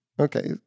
Okay